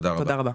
תודה רבה.